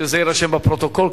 שזה יירשם בפרוטוקול,